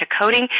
coding